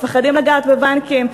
מפחדים לגעת בבנקים,